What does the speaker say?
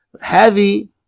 Heavy